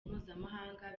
mpuzamahanga